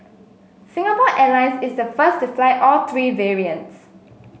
Singapore Airlines is the first to fly all three variants